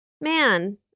Man